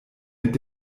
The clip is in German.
mit